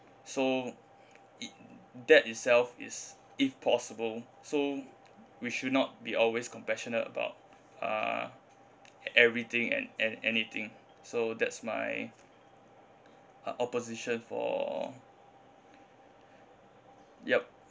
so it that itself is if possible so we should not be always compassionate about uh everything and and anything so that's my uh opposition for yup